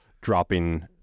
dropping